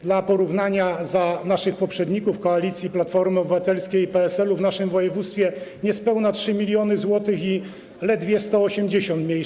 Dla porównania za naszych poprzedników, koalicji Platformy Obywatelskiej i PSL-u, w naszym województwie - niespełna 3 mln zł i ledwie 180 miejsc.